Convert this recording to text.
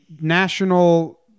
national